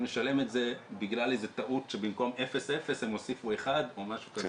לשלם את זה בגלל טעות שבמקום 00 הם הוסיפו 1 או משהו כזה,